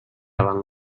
davant